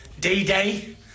D-Day